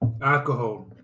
alcohol